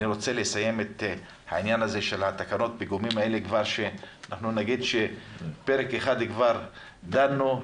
אני רוצה לסיים את עניין תקנות הפיגומים כדי שנגיד שפרק אחד כבד דנו בו,